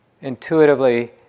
intuitively